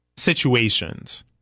situations